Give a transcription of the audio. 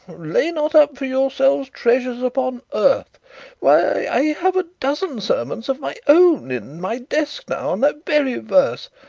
lay not up for yourselves treasures upon earth why, i have a dozen sermons of my own in my desk now on that very verse.